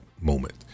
moment